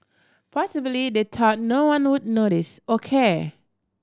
possibly they thought no one would notice or care